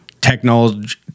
Technology